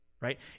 right